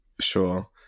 Sure